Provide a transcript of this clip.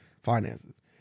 finances